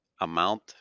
amount